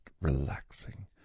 relaxing